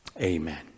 Amen